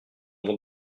mon